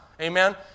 Amen